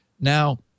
Now